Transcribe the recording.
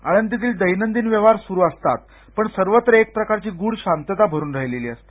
आळंदीतील दैनंदिन व्यवहार स्रू असतात पण सर्वञ एक प्रकारची ग्ढ शांतता भरून राहिलेली असते